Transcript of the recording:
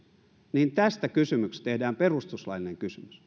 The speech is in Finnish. tästä kysymyksestä tehdään perustuslaillinen kysymys